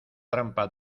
trampa